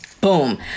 boom